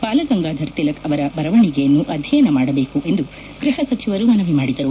ಬಾಲಗಂಗಾಧರ ತಿಲಕ್ ಅವರ ಬರವಣಿಗೆಯನ್ನು ಅಧ್ಯಯನ ಮಾಡಬೇಕು ಎಂದು ಗೈಹ ಸಚಿವರು ಮನವಿ ಮಾಡಿದರು